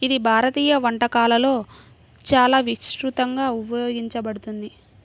ఇది భారతీయ వంటకాలలో చాలా విస్తృతంగా ఉపయోగించబడుతుంది